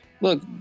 look